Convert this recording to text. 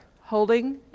holding